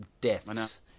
deaths